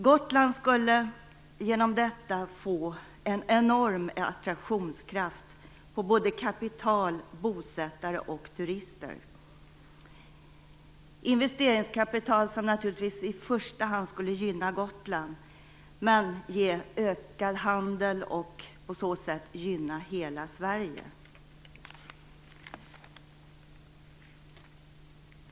Gotland skulle genom detta få en enorm attraktionskraft på såväl kapital som bosättare och turister, investeringskapital som naturligtvis i första hand skulle gynna Gotland, men som skulle ge ökad handel och på så sätt gynna hela Sverige.